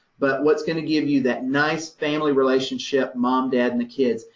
but what's going to give you that nice family relationship, mom, dad and the kids,